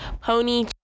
Pony